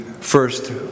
first